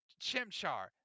Chimchar